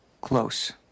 close